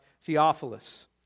Theophilus